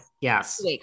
Yes